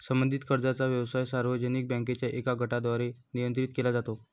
संबंधित कर्जाचा व्यवसाय सार्वजनिक बँकांच्या एका गटाद्वारे नियंत्रित केला जातो